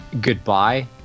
goodbye